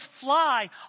fly